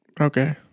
Okay